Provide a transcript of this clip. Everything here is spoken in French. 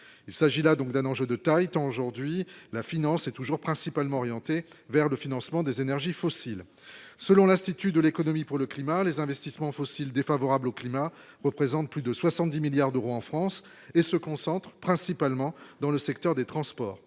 il s'agit là, donc d'un enjeu de taille aujourd'hui la finance est toujours principalement orientée vers le financement des énergies fossiles, selon l'Institut de l'économie pour le climat, les investissements fossiles défavorable au climat représentent plus de 70 milliards d'euros en France et se concentrent principalement dans le secteur des transports,